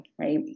Right